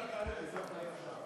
או ששר עונה קודם?